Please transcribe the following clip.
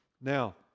Now